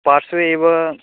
पार्श्वे एव